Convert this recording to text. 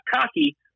cocky